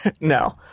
No